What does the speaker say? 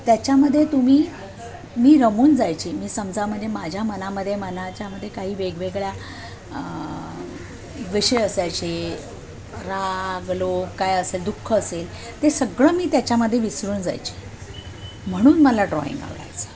त्याच्यामध्ये तुम्ही मी रमून जायचे मी समजामध्ये माझ्या मनामध्ये मनाच्यामध्ये काही वेगवेगळ्या विषय असायचे राग लोभ काय असेल दुःख असेल ते सगळं मी त्याच्यामध्ये विसरून जायचे म्हणून मला ड्रॉईंग आवडायचं